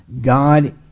God